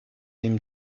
him